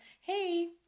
hey